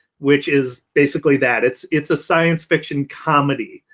which is basically that! it's it's a science fiction comedy,